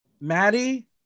Maddie